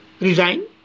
resign